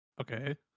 Okay